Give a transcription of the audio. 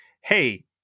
Hey